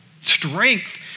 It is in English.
strength